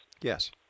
Yes